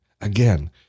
again